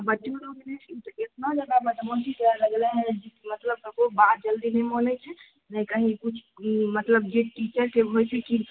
आ बच्चो लोग एतना जादा बदमाशी करए लगलै हँ जे मतलब ओ बात जल्दी नहि मानै छै नहि कहीं किछु भी मतलब जे टीचरके होइ छै कि